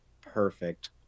perfect